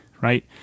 right